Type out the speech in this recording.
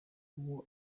uwo